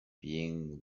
being